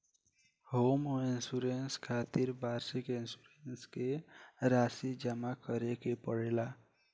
home insurance खातिर वार्षिक insurance के राशि जामा करे के पड़ेला